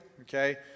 okay